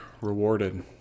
rewarded